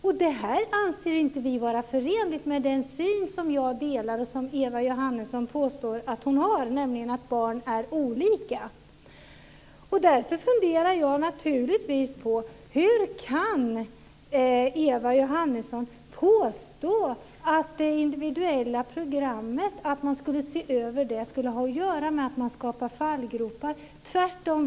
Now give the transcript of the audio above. Det här anser inte vi vara förenligt med den syn som jag delar och som Eva Johansson påstår att hon har, nämligen att barn är olika. Därför funderar jag naturligtvis på: Hur kan Eva Johansson påstå att det att man ska se över det individuella programmet skulle ha att göra med att man skapar fallgropar? Tvärtom!